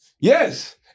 Yes